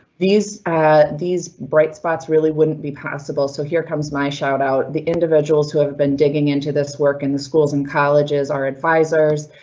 these these bright spots really wouldn't be possible. so here comes my shout out the individuals who have been digging into this work in the schools and colleges, our advisors,